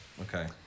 Okay